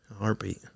Heartbeat